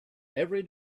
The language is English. every